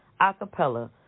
Acapella